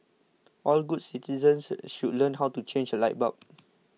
all good citizens should learn how to change a light bulb